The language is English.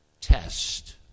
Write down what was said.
test